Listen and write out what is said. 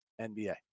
NBA